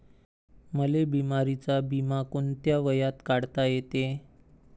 मले बिमारीचा बिमा कोंत्या वयात काढता येते?